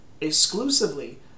exclusively